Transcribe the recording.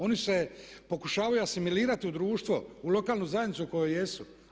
Oni se pokušavaju asimilirati u društvo, u lokalnu zajednicu u kojoj jesu.